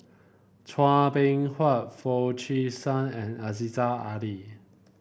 Chua Beng Huat Foo Chee San and Aziza Ali